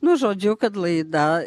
nu žodžiu kad laida